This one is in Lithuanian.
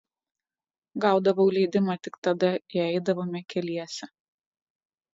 gaudavau leidimą tik tada jei eidavome keliese